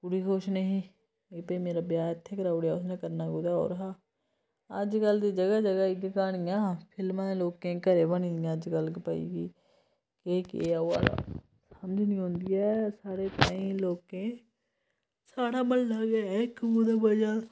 कुड़ी खुश नेईं ही भाई मेरा ब्याह् इत्थें कराई उड़ेआ उ'न्नै करना कुदै होर हा अज्जकल जगह् जगह् इ'यै क्हानियां फिल्मां ते लोकें दे घरै बनी दियां अज्जकल भाई एह् केह् ऐ होआ दा समझ नी होंदी ऐ सारे ग्राईं लोकें साढ़ा म्हल्ला गै इक कुदै बचा दा